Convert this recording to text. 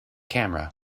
camera